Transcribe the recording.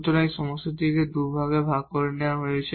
সুতরাং এই সমস্যাটি দুটি ভাগে নেওয়া হয়েছে